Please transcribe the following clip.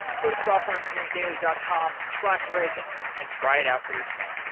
go to softwareengineeringdaily dot com slash raygun and try it out for yourself